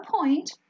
point